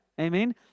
Amen